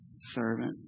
Servant